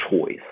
choice